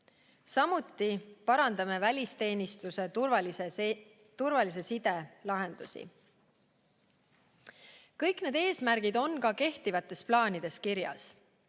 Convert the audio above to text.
Samuti parandame välisteenistuse turvalise side lahendusi. Kõik need eesmärgid on ka kehtivates plaanides kirjas.